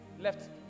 Left